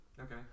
Okay